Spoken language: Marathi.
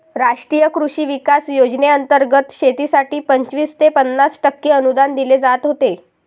राष्ट्रीय कृषी विकास योजनेंतर्गत शेतीसाठी पंचवीस ते पन्नास टक्के अनुदान दिले जात होते